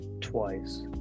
twice